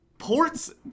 Ports